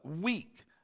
weak